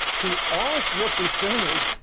he also represented,